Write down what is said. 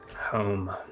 Home